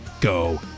go